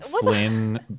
Flynn